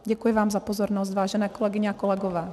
Děkuji vám za pozornost, vážené kolegyně a kolegové.